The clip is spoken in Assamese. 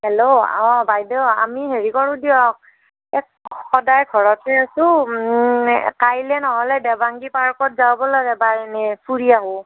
হেল্ল' অ' বাইদেউ আমি হেৰি কৰো দিয়ক এই সদায় ঘৰতে আছোঁ কাইলৈ নহ'লে দেৱাংগী পাৰ্কত যাওঁ ব'লক এবাৰ এনেই ফুৰি আহোঁ